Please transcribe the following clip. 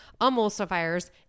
emulsifiers